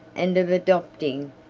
and of adopting,